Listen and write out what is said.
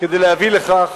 כדי להביא לכך